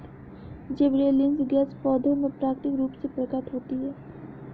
gibberellins gas पौधों में प्राकृतिक रूप से प्रकट होती है